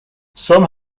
some